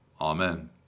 Amen